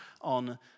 on